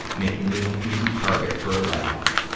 making me an easy target for a layoff.